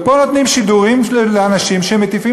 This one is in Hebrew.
ופה נותנים שידורים לאנשים שהם מטיפים